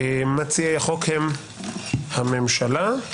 מציעי החוק הם הממשלה,